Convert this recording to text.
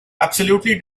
absolutely